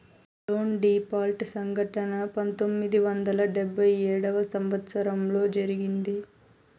loan default సంఘటన పంతొమ్మిది వందల డెబ్భై ఏడవ సంవచ్చరంలో జరిగింది